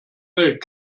welt